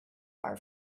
are